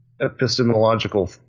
epistemological